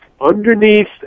underneath